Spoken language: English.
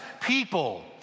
people